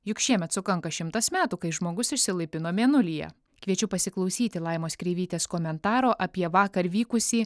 juk šiemet sukanka šimtas metų kai žmogus išsilaipino mėnulyje kviečiu pasiklausyti laimos kreivytės komentaro apie vakar vykusį